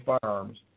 firearms